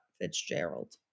Fitzgerald